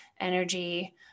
energy